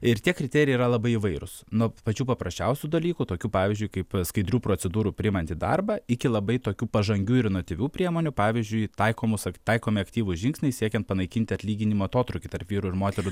ir tie kriterijai yra labai įvairūs nuo pačių paprasčiausių dalykų tokių pavyzdžiui kaip skaidrių procedūrų priimant į darbą iki labai tokių pažangių ir inovatyvių priemonių pavyzdžiui taikomos taikomi aktyvūs žingsniai siekiant panaikinti atlyginimo atotrūkį tarp vyrų ir moterų